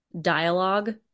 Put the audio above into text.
dialogue